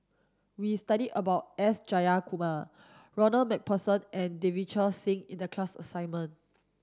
we studied about S Jayakumar Ronald MacPherson and Davinder Singh in the class assignment